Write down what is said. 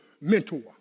mentor